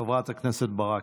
חברת הכנסת ברק,